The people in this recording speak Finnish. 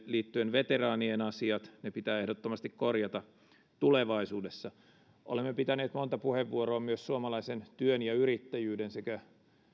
liittyen veteraanien asiat ne pitää ehdottomasti korjata tulevaisuudessa olemme pitäneet monta puheenvuoroa myös suomalaisen työn ja yrittäjyyden sekä